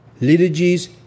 liturgies